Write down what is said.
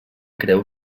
creu